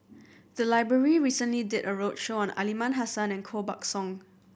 the library recently did a roadshow on Aliman Hassan and Koh Buck Song